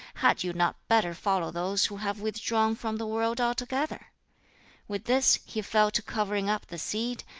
had you not better follow those who have withdrawn from the world altogether with this he fell to covering up the seed,